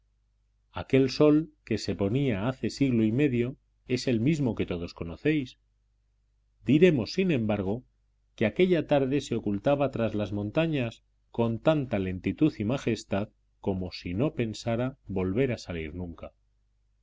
aquel sol que se ponía hace siglo y medio es el mismo que todos conocéis diremos sin embargo que aquella tarde se ocultaba tras las montañas con tanta lentitud y majestad como si no pensara volver a salir nunca